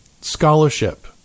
scholarship